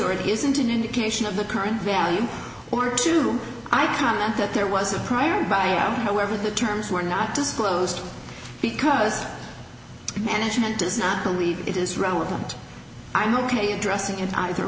or it isn't an indication of the current value or two i comment that there was a prior buyout however the terms were not disclosed because management does not believe it is relevant i'm ok